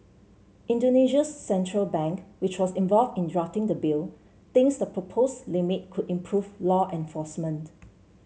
Indonesia's central bank which was involved in drafting the bill thinks the proposed limit could improve law enforcement